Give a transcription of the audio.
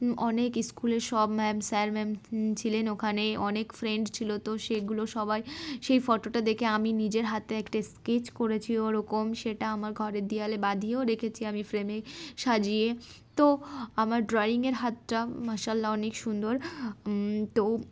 অনেক স্কুলের সব ম্যাম স্যার ম্যাম ছিলেন ওখানে অনেক ফ্রেন্ড ছিলো তো সেগুলো সবাই সেই ফটোটা দেখে আমি নিজের হাতে একটা স্কেচ করেছি ওরকম সেটা আমার ঘরের দেওয়ালে বাঁধিয়েও রেখেছি আমি ফ্রেমে সাজিয়ে তো আমার ড্রয়িংয়ের হাতটা মাশাল্লাহ অনেক সুন্দর তো